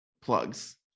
plugs